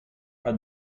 are